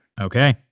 Okay